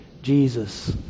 Jesus